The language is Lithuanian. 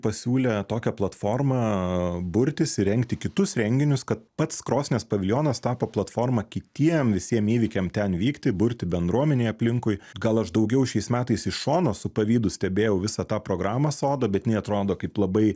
pasiūlė tokią platformą burtis ir rengti kitus renginius kad pats krosnies paviljonas tapo platforma kitiem visiem įvykiams ten vykti burti bendruomenėje aplinkui gal aš daugiau šiais metais iš šono su pavydu stebėjau visą tą programą sodo bet jinai atrodo kaip labai